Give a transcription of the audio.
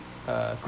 uh